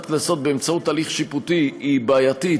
קנסות באמצעות הליך שיפוטי היא בעייתית,